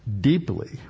deeply